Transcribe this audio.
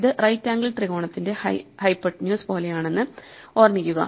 ഇത് right angle ത്രികോണത്തിന്റെ hypotenuse പോലെയാണെന്ന് ഓർമ്മിക്കുക